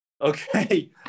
Okay